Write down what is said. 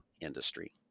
industry